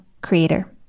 creator